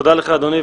תודה לך, אדוני.